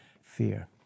Fear